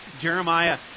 Jeremiah